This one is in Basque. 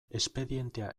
espedientea